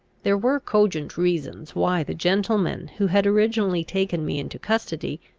there were cogent reasons why the gentlemen who had originally taken me into custody,